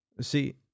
See